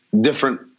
different